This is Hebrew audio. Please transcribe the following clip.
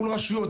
מול רשויות,